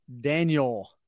Daniel